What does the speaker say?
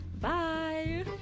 bye